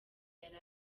yari